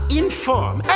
inform